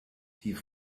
die